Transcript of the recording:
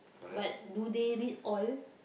but do they read all